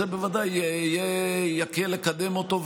זה בוודאי יקל לקדם אותו,